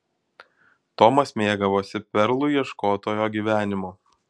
tomas mėgavosi perlų ieškotojo gyvenimu